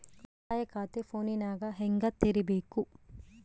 ಉಳಿತಾಯ ಖಾತೆ ಫೋನಿನಾಗ ಹೆಂಗ ತೆರಿಬೇಕು?